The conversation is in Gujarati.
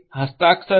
હસ્તાક્ષર કરશે